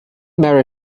marry